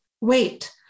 wait